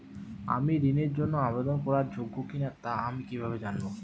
আমি ঋণের জন্য আবেদন করার যোগ্য কিনা তা আমি কীভাবে জানব?